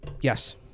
Yes